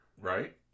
right